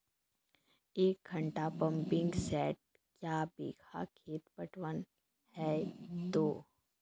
एक घंटा pumping set क्या बीघा खेत पटवन है तो?